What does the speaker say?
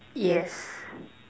yes